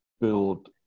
build